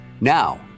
Now